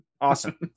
Awesome